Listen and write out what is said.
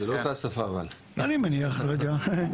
יושבת-הראש.